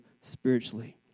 spiritually